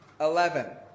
eleven